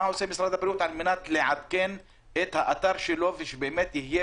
על מנת לעדכן את האתר שלו ושבאמת יהיה